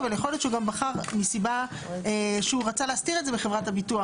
אבל יכול להיות שהוא גם בחר מסיבה שהוא רצה להסתיר את זה מחברת הביטוח.